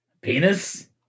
Penis